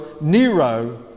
Nero